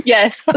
Yes